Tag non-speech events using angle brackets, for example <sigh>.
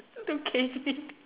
to cane me <laughs>